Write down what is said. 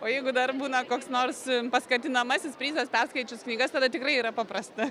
o jeigu dar būna koks nors paskatinamasis prizas perskaičius knygas tada tikrai yra paprasta